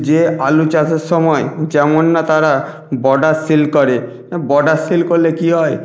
যে আলু চাষের সময় যেমন না তারা বর্ডার সিল করে বর্ডার সিল করলে কী হয়